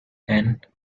and